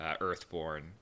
earthborn